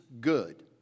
good